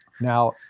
Now